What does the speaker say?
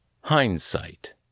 Hindsight